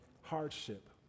hardship